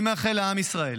אני מאחל לעם ישראל